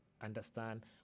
understand